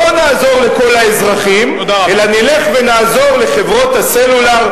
לא נעזור לכל האזרחים אלא נלך ונעזור לחברות הסלולר,